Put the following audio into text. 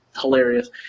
hilarious